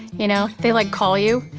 you know they like call you.